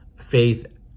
faith